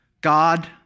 God